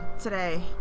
today